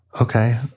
okay